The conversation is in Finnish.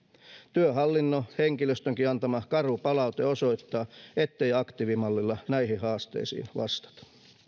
työhallinnon henkilöstönkin antama karu palaute osoittaa ettei aktiivimallilla näihin haasteisiin vastata